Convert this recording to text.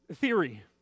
theory